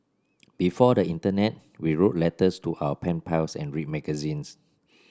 before the internet we wrote letters to our pen pals and read magazines